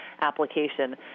application